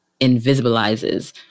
invisibilizes